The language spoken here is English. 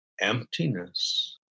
emptiness